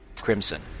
crimson